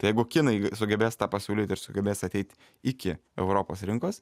jeigu kinai sugebės tą pasiūlyt ir sugebės ateit iki europos rinkos